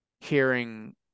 hearing